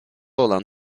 olan